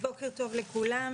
בוקר טוב לכולם,